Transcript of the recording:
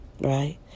Right